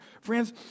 Friends